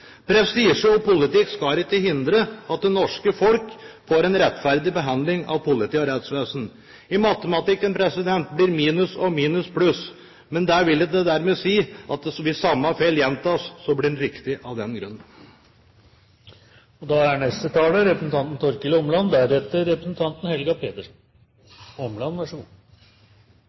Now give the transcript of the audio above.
Prestisje og politikk skal ikke hindre at det norske folk får en rettferdig behandling av politi og rettsvesen. I matematikken blir minus og minus pluss, men der ville det dermed si at hvis samme feil gjentas, så blir den riktig av den grunn. Det er sent, og